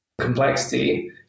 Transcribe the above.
complexity